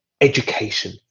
education